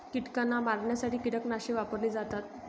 कीटकांना मारण्यासाठी कीटकनाशके वापरली जातात